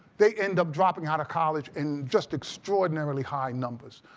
they end up dropping out of college in just extraordinarily high numbers.